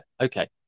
okay